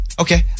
Okay